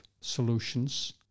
solutions